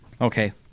okay